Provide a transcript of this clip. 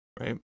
right